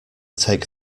take